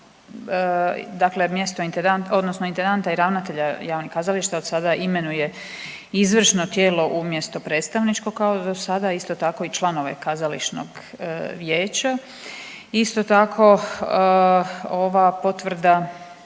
odnosno intendanta i ravnatelja javnih kazališta odsada imenuje izvršno tijelo umjesto predstavničkog kao dosada, isto tako i članove kazališnog vijeća, isto tako ova potvrda